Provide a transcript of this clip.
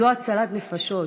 זו הצלת נפשות.